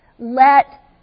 Let